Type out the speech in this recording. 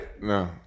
No